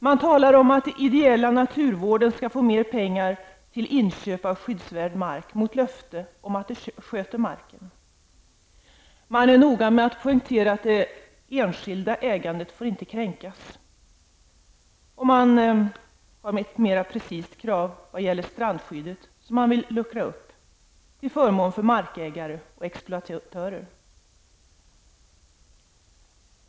Man talar också om att den ideella naturvården skall få mera pengar till inköp av skyddsvärd mark, mot löfte om att marken sköts. Vidare är man noga med att poängtera att det enskilda ägandet inte får kränkas. Man har också ett mera precist krav vad gäller strandskyddet, som man vill luckra upp, till förmån för markägare och exploatörer.